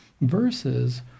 versus